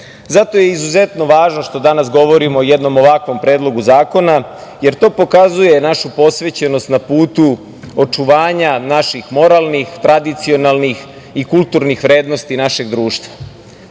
Zato je izuzetno važno što danas govorimo o jednom ovakvom Predlogu zakona, jer to pokazuje našu posvećenost na putu očuvanja naših moralnih, tradicionalni i kulturnih vrednosti našeg